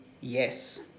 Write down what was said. yes